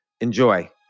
enjoy